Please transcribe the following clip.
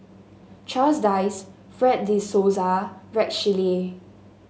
Charles Dyce Fred De Souza Rex Shelley